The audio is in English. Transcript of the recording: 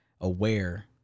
aware